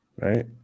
Right